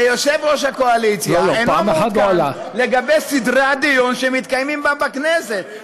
ויושב-ראש הקואליציה אינו מעודכן לגבי סדרי הדיון שמתקיימים בכנסת.